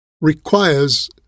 requires